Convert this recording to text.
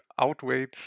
outweighs